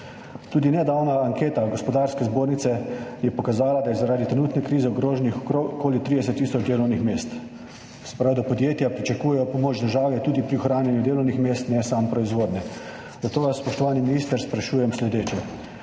Tudi nedavna anketa Gospodarske zbornice je pokazala, da je zaradi trenutne krize ogroženih okoli 30 tisoč delovnih mest, se pravi, da podjetja pričakujejo pomoč države tudi pri ohranjanju delovnih mest, ne samo proizvodnje. Zato vas, spoštovani minister, sprašujem sledeče: